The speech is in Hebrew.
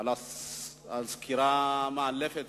על הסקירה המאלפת.